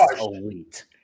elite